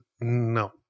no